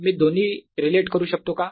मी दोन्ही रिलेट करू शकतो का